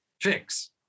fix